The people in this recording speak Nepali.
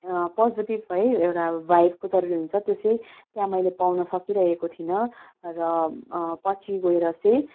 पोजिटिभ है एउटा भाइबको जरूरी हुन्छ त्यो चाहिँ त्यहाँ मैले पाउन सकिरहेको थिइँन र पछि गएर चाहिँ